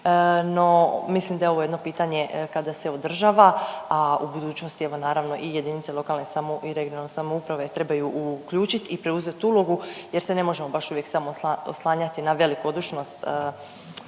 No, mislim da je ovo jedno pitanja kada se održava, a u budućnosti je naravno i jedinici lokalne samo… i regionalne samouprave trebaju uključiti i preuzeti ulogu jer se ne možemo baš uvijek samo oslanjati na velikodušnost